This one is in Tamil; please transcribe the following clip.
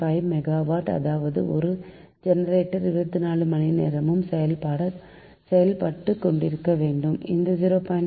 5 மெகாவாட் அதாவது ஒரு ஜெனெரேட்டர் 24 மணி நேரமும் செயல்பட்டுக் கொண்டிருக்கவேண்டும் இந்த 0